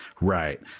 Right